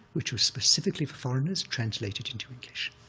which was specifically for foreigners, translated into english.